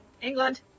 England